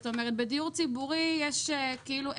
זאת אומרת בדיור ציבורי יש כאילו,